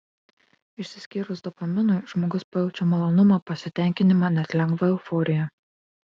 išsiskyrus dopaminui žmogus pajaučia malonumą pasitenkinimą net lengvą euforiją